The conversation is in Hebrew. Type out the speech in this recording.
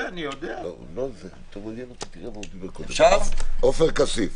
עופר כסיף.